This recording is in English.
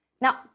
Now